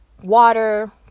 water